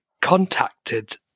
contacted